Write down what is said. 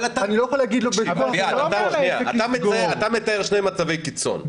אני לא יכול להגיד לו --- אתה מתאר שני מצבי קיצון,